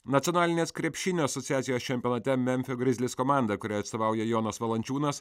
nacionalinės krepšinio asociacijos čempionate memfio grizlis komanda kuriai atstovauja jonas valančiūnas